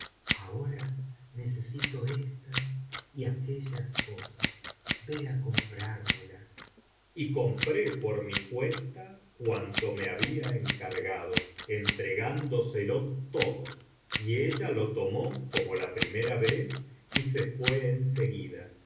ahora necesito estas y aquellas cosas ve á comprármelas y compró por mi cuenta cuanto me había encargado entregándoselo todo y ella lo tomó como la primera vez y se fué en seguida